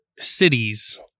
cities